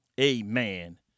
Amen